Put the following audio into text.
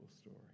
story